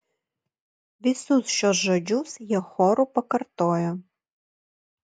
visus šiuos žodžius jie choru pakartojo